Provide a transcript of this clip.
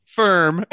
firm